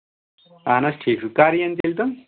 اَہن حظ ٹھیٖک چھُ کَر یِن تیٚلہِ تِم